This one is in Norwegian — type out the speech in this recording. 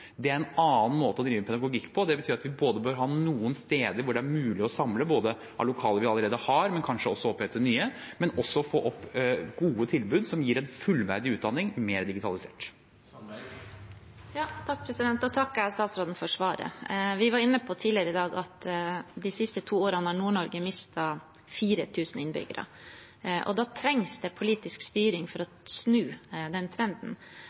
Det er en annen måte å drive pedagogikk på. Det betyr at vi både bør ha noen steder der det er mulig å samle lokaler vi allerede har, men kanskje også opprette nye, og få opp gode tilbud som gir en fullverdig utdanning, men mer digitalisert. Jeg takker statsråden for svaret. Vi var inne på tidligere i dag at de to siste årene har Nord-Norge mistet 4 000 innbyggere. Det trengs politisk styring for å snu den trenden.